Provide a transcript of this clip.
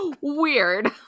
weird